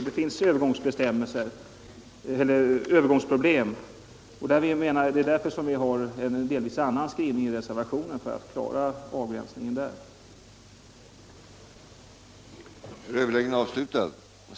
Det finns sådana övergångsproblem, och vi har en delvis annan skrivning i reservationen för att klara denna avgränsning. den det ej vill röstar nej. den det ej vill röstar nej. den det ej vill röstar nej.